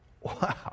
Wow